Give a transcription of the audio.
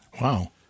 Wow